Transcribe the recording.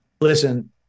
listen